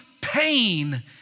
pain